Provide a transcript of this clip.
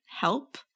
help